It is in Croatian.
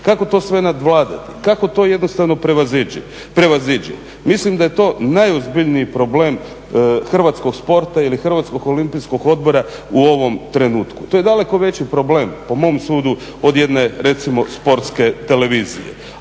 kako to sve nadvladati, kako to jednostavno prevaziđi. Mislim da je to najozbiljniji problem hrvatskog sporta ili Hrvatskog olimpijskog odbora u ovom trenutku. To je daleko veći problem po mom sudu od jedne recimo Sportske televizije.